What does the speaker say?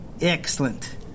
Excellent